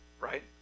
Right